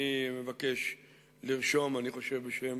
אני מבקש לרשום, אני חושב בשם